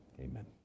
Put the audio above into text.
Amen